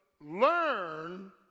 learn